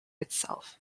itself